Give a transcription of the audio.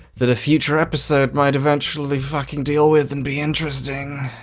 that a future episode might eventually fucking deal with and be interesting.